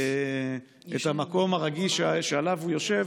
כל אחד את המקום הרגיש שעליו הוא יושב,